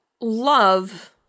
love